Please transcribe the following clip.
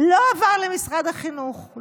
לא עבר למשרד החינוך.